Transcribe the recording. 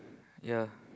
ya